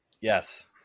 Yes